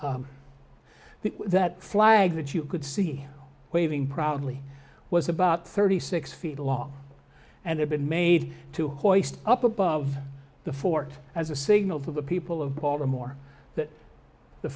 the that flag that you could see waving proudly was about thirty six feet long and had been made to hoist up above the fort as a signal to the people of baltimore that the